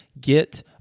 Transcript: get